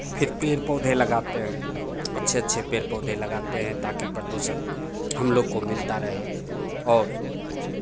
फिर पेड़ पौधे लगाते हैं अच्छे अच्छे पेड़ पौधे लगाते हैं ताकि प्रदूषण हम लोग मिलता रहे और